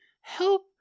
Help